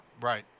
Right